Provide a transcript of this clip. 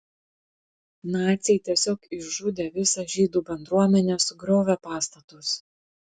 naciai tiesiog išžudė visą žydų bendruomenę sugriovė pastatus